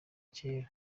kera